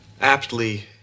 aptly